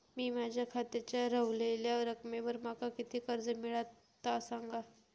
मी माझ्या खात्याच्या ऱ्हवलेल्या रकमेवर माका किती कर्ज मिळात ता सांगा?